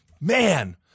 man